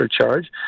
charge